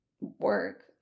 work